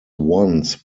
once